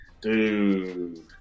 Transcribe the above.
dude